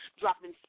Dropping